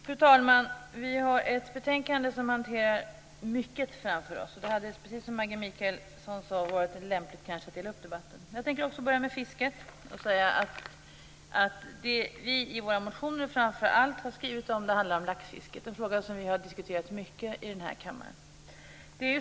Fru talman! Vi har framför oss ett betänkande som handlar om mycket. Precis som Maggi Mikaelsson sade hade det kanske varit lämpligt att dela upp debatten. Jag tänker börja med fisket och säga att det vi i våra motioner framför allt har skrivit om handlar om laxfisket. Den frågan har diskuterats mycket i den här kammaren.